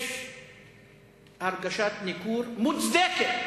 יש הרגשת ניכור מוצדקת